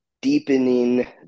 deepening